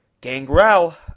Gangrel